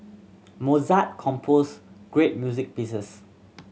Mozart composed great music pieces